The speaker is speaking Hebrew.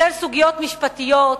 בשל סוגיות משפטיות,